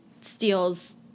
steals